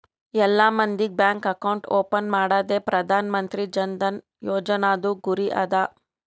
ಎಲ್ಲಾ ಮಂದಿಗ್ bank account open ಮಾಡದೆ ಪ್ರಧಾನ್ ಮಂತ್ರಿ ಜನ್ ಧನ ಯೋಜನಾದು ಗುರಿ ಅದ